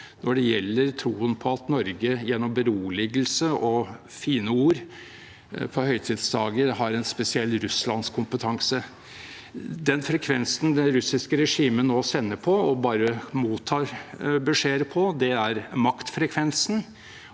når det gjelder troen på at Norge gjennom beroligelse og fine ord på høytidsdager har en spesiell russlandskompetanse. Den frekvensen det russiske regimet nå sender på, og bare mottar beskjeder på, er maktfrekvensen,